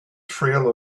trail